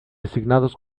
designados